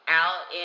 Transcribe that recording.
out